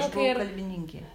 aš buvau kalbininkė